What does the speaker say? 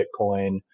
Bitcoin